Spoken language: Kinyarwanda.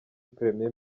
premier